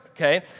okay